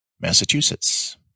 Massachusetts